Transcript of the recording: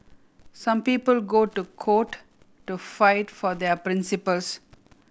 some people go to court to fight for their principles